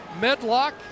Medlock